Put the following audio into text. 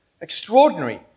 Extraordinary